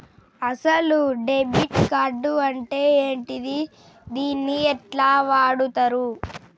అసలు debit card అంటే ఏంటిది? దీన్ని ఎట్ల వాడుతరు?